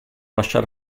lasciar